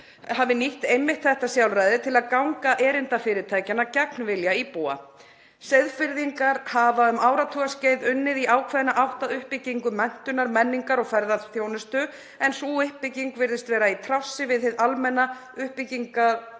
hafi nýtt einmitt þetta sjálfræði til að ganga erinda fyrirtækjanna gegn vilja íbúa. Seyðfirðingar hafa um áratugaskeið unnið í ákveðna átt að uppbyggingu menntunar, menningar og ferðaþjónustu en sú uppbygging virðist vera í trássi við hið almenna uppbyggingarviðhorf